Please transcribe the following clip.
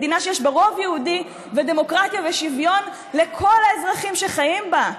מדינה שיש בה רוב יהודי ודמוקרטיה ושוויון לכל האזרחים שחיים בה.